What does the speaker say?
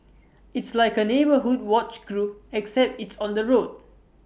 it's like A neighbourhood watch group except it's on the road